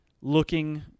looking